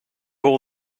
all